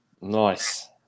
Nice